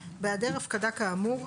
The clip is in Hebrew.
בהעדר הפקדה כאמור,